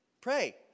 Pray